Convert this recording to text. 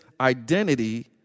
identity